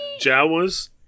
Jawas